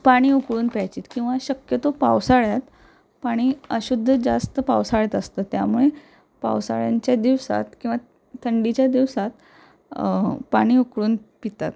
पाणी उकळून प्यायची किंवा शक्यतो पावसाळ्यात पाणी अशुद्ध जास्त पावसाळ्यात असतं त्यामुळे पावसाळ्याच्या दिवसात किंवा थंडीच्या दिवसात पाणी उकळून पितात